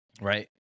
right